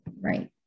Right